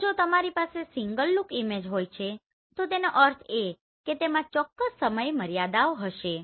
તો જો તમારી પાસે સિંગલ લુક ઇમેજ છે તો તેનો અર્થ એ કે તેમાં ચોક્કસ મર્યાદાઓ હશે